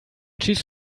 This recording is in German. schieß